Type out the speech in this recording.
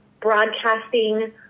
broadcasting